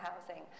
housing